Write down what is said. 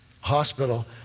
hospital